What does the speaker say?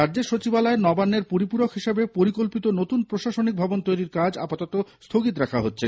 রাজ্যের সচিবালয় নবান্নের পরিপুরক হিসাবে পরিকল্পিত নতুন প্রশাসনিক ভবন তৈরির কাজ আপাতত স্থগিত রাখা হচ্ছে